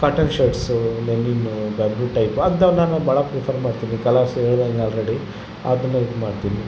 cotton shirts linen bamboo type ಅಂಥವ್ ನಾನು ಭಾಳ ಪ್ರಿಫರ್ ಮಾಡ್ತೀನಿ ಕಲರ್ಸ್ ಹೇಳ್ದಂಗೆ ಆಲ್ರೆಡಿ ಅದನ್ನು ಇದುಮಾಡ್ತೀನಿ